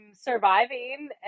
surviving